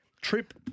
Trip